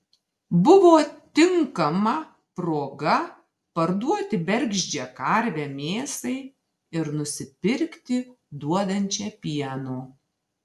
buvo tinkama proga parduoti bergždžią karvę mėsai ir nusipirkti duodančią pieno